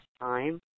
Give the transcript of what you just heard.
time